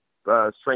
strength